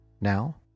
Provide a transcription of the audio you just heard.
Now